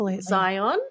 Zion